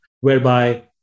whereby